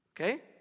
Okay